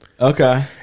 Okay